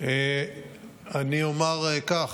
אני אומר כך: